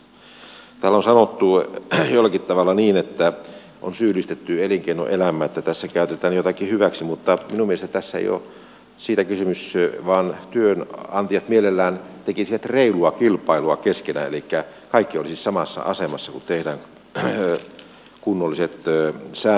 täällä on sanottu jollakin tavalla niin että on syyllistetty elinkeinoelämää että tässä käytetään jotakin hyväksi mutta minun mielestäni tässä ei ole siitä kysymys vaan työnantajat mielellään tekisivät reilua kilpailua keskenään elikkä kaikki olisivat samassa asemassa kun tehdään kunnolliset säännöt asialle